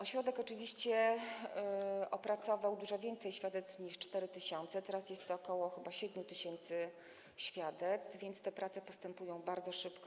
Ośrodek oczywiście opracował dużo więcej świadectw niż 4 tys., teraz jest to chyba ok. 7 tys. świadectw, więc te prace postępują bardzo szybko.